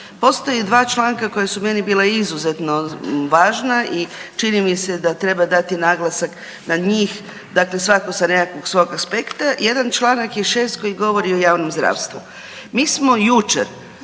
Postoje dva članka koja su meni bila izuzetno važna i čini mi se da treba dati naglasak na njih, dakle svatko sa nekakvog svog aspekta. Jedan članak je 6. koji govori o javnom zdravstvu. Mi smo jučer,